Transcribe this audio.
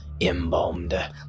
embalmed